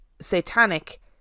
satanic